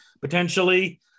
potentially